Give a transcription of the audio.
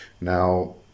Now